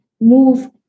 move